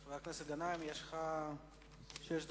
חבר הכנסת מסעוד גנאים, יש לך שש דקות.